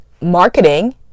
Marketing